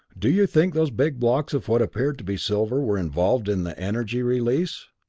do you think those big blocks of what appeared to be silver were involved in the energy release?